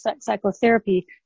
psychotherapy